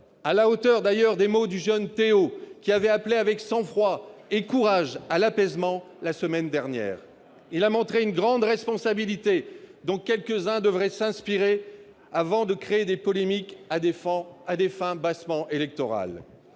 à la hauteur des mots du jeune Théo, qui avait appelé avec sang-froid et courage à l'apaisement la semaine dernière. Il a montré une grande responsabilité, dont quelques-uns devraient s'inspirer avant de créer des polémiques à des fins bassement électorales.